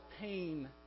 pain